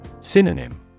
Synonym